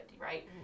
right